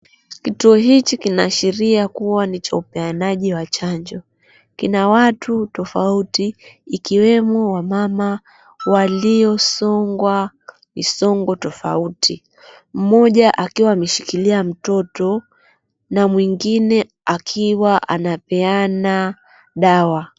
Kituo hichi kinaashiria kuwa ni cha upeanaji wa chanjo. Kina watu tofauti ikiwemo wamama waliosongwa misongo tofauti mmoja akiwa ameshikilia mtoto na mwingine akiwa anapeana dawa.